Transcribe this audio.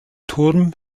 turm